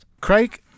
Craig